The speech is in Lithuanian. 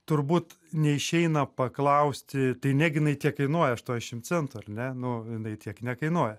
turbūt neišeina paklausti tai negi jinai tiek kainuoja aštuoniasdešim centų ar ne nu jinai tiek nekainuoja